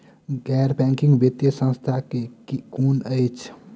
गैर बैंकिंग वित्तीय संस्था केँ कुन अछि?